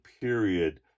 period